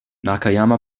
nakayama